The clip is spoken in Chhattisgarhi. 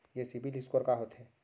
ये सिबील स्कोर का होथे?